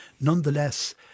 nonetheless